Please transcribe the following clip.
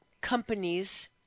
companies